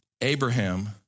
Abraham